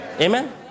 Amen